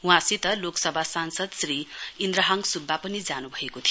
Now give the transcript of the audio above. वहाँसित लोकसभा सांसद श्री इन्द्रहाङ सुब्बा पनि जानूभएको थियो